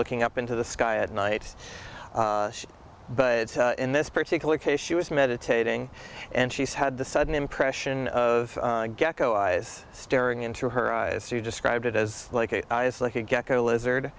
looking up into the sky at night but in this particular case she was meditating and she's had the sudden impression of gecko eyes staring into her eyes you described it as like a like a get to lizard